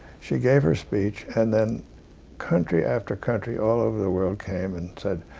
she gave her speech and then country after country, all over the world, came and said,